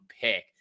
pick